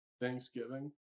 Thanksgiving